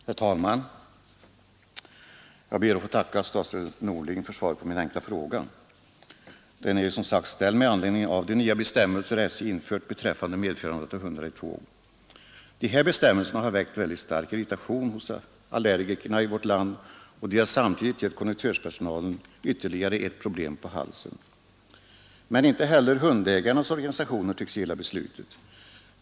Herr talman! Jag ber att få tacka statsrådet Norling för svaret på min enkla fråga. Den är som sagt ställd med anledning av de nya bestämmelser SJ infört beträffande medförande av hundar i tåg. Dessa bestämmelser har väckt mycket stark irritation hos allergikerna i vårt land, och de har samtidigt gett konduktörspersonalen ytterligare ett problem på halsen. Men inte heller hundägarnas organisationer tycks gilla beslutet.